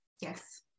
Yes